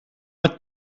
het